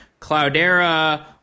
Cloudera